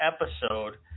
episode